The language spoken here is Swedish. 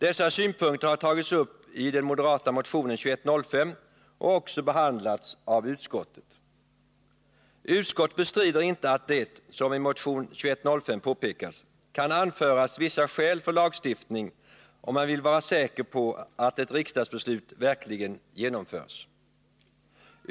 Dessa synpunkter har tagits upp i den moderata motionen 2105 och har också behandlats av utskottet. Utskottet bestrider inte att det, som påpekats i motion 2105, kan anföras vissa skäl för lagstiftning om man vill vara säker på att ett riksdagsbeslut verkligen genomförs.